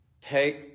take